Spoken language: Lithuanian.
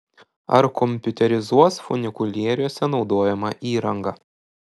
ar kompiuterizuos funikulieriuose naudojamą įrangą